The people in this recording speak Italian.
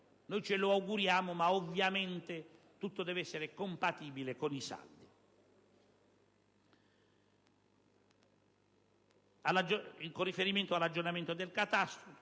Noi ce lo auguriamo, ma ovviamente tutto deve essere compatibile con i saldi. Con riferimento all'aggiornamento del catasto,